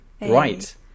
Right